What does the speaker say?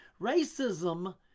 racism